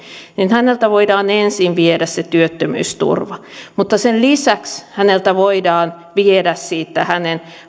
häneltä voidaan ensin viedä se työttömyysturva mutta sen lisäksi häneltä voidaan viedä siitä hänen